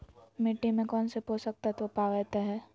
मिट्टी में कौन से पोषक तत्व पावय हैय?